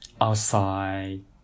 outside